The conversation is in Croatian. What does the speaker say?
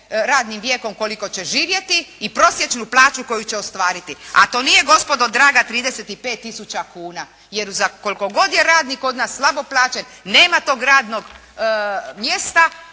radnim vijekom koliko će živjeti i prosječnu plaću koju će ostvariti. A to nije gospodo draga 35 tisuća kuna. Jer za, koliko god je radnik kod nas slabo plaćen nema tog radnog mjesta